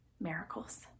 miracles